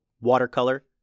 watercolor